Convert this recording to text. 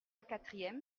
quatrième